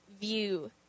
view